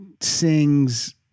sings